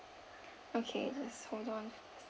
okay just hold on